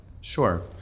Sure